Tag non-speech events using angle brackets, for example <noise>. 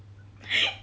<laughs>